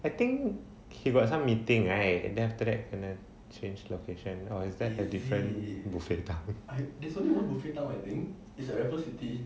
I think he got some meeting right and then after that and then change location or is that have different buffet town